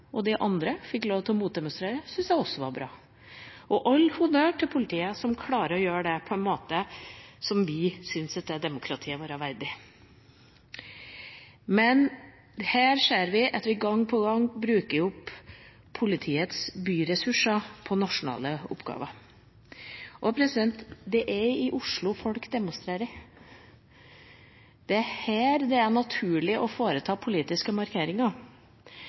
og de andre gruppene fikk lov til å demonstrere imot. All honnør til politiet, som klarer å gjøre dette på en måte som vi syns er demokratiet vårt verdig. Men vi ser her at man gang på gang bruker opp politiets byressurser på nasjonale oppgaver. Det er i Oslo folk demonstrerer. Det er her det er naturlig å foreta politiske markeringer.